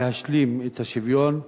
להשלים את השוויון,